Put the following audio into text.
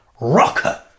rocker